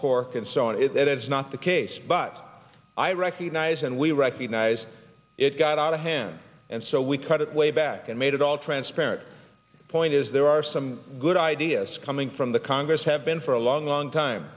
pork and so on it is not the case but i recognize and we recognize it got out of hand and so we cut it way back and made it all transparent the point is there are some good ideas coming from the congress have been for a long long time